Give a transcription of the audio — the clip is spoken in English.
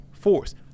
force